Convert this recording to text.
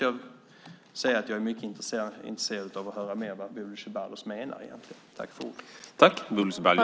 Jag är mycket intresserad av att höra mer vad Bodil Ceballos egentligen menar.